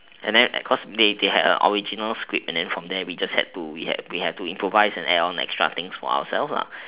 and then cause they they had a original script and then from there we have we have to add improvise extra things for ourselves lah